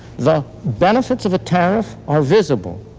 the benefits of a tariff are visible.